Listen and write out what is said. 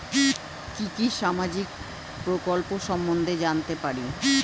কি কি সামাজিক প্রকল্প সম্বন্ধে জানাতে পারি?